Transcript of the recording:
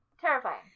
Terrifying